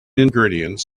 ingredients